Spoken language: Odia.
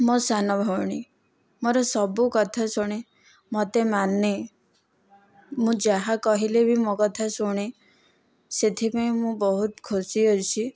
ମୋ ସାନ ଭଉଣୀ ମୋର ସବୁ କଥା ଶୁଣେ ମୋତେ ମାନେ ମୁଁ ଯାହା କହିଲେ ବି ମୋ କଥା ଶୁଣେ ସେଥିପାଇଁ ମୁଁ ବହୁତ ଖୁସି ଅଛି